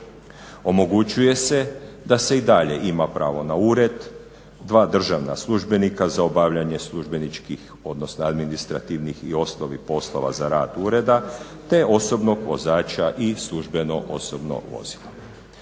Omogućuje se da se i dalje ima pravo na ured, dva državna službenika za obavljanje službeničkih odnosno administrativnih i ostalih poslova za rad ureda te osobnog vozača i službeno osobno vozilo.